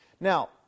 Now